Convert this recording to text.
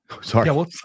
Sorry